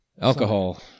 Alcohol